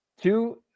Two